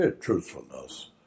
truthfulness